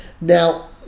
Now